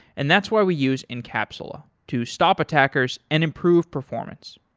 and that's why we use encapsula, to stop attackers and improve performance.